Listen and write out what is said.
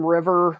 River